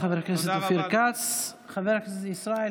חבר הכנסת דרעי,